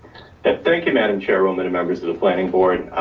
but thank you madam chair um and members of the planning board.